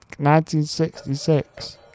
1966